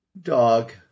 Dog